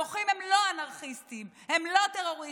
המוחים הם לא אנרכיסטים, הם לא טרוריסטים.